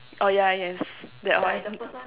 oh yeah yes that one